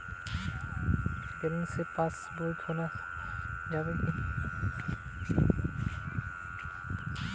Zero balance pass বই খোলা যাবে কি?